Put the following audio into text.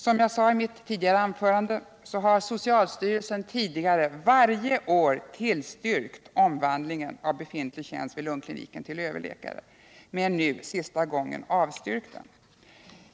Som jag sade i mitt tidigare anförande har socialstyrelsen tidigare varje år tillstyrkt omvandlingen av befintlig tjänst vid lungkliniken till överläkartjänst, men sista gången avstyrkt den.